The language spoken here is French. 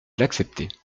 l’accepter